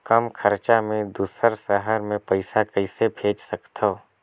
कम खरचा मे दुसर शहर मे पईसा कइसे भेज सकथव?